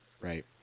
Right